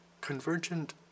convergent